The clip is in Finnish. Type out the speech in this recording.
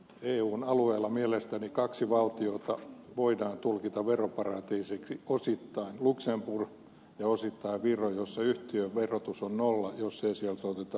eun alueella mielestäni kaksi valtiota voidaan tulkita veroparatiisiksi osittain luxemburg ja osittain viro jossa yhtiön verotus on nolla jos ei sieltä oteta osinkoa